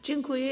Dziękuję.